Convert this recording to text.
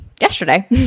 yesterday